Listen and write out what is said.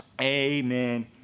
amen